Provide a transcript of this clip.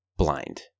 Blind